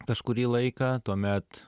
kažkurį laiką tuomet